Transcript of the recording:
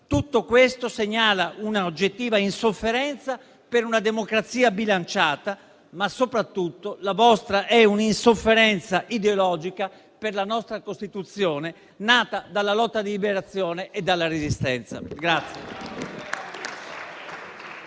Tutto questo segnala un'oggettiva insofferenza per una democrazia bilanciata, ma soprattutto la vostra è un'insofferenza ideologica per la nostra Costituzione, nata dalla lotta di Liberazione e dalla Resistenza.